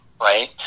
right